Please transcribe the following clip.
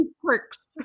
quirks